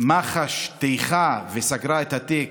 ומח"ש טייחה וסגרה את התיק,